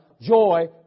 joy